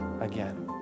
again